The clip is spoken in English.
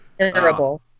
terrible